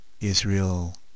Israel